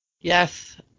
Yes